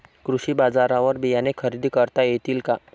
कृषी बाजारवर बियाणे खरेदी करता येतील का?